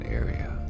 area